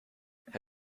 have